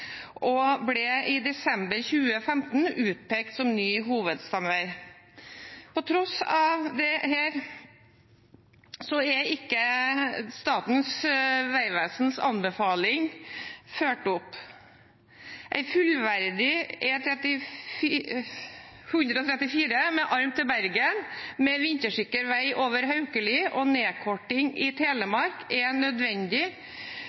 og den ble i desember 2015 utpekt som ny hovedstamvei. På tross av dette er ikke Statens vegvesens anbefaling blitt fulgt opp. En fullverdig E134 med arm til Bergen, med vintersikker vei over Haukeli og nedkorting i